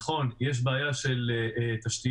נכון, יש בעיה של תשתיות.